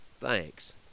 Thanks